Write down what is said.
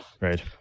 Right